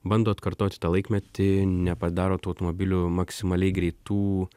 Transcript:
bando atkartoti tą laikmetį nepadaro tų automobilių maksimaliai greitų